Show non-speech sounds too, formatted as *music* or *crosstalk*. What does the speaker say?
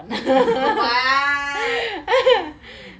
*laughs* what *breath*